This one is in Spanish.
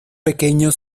pequeño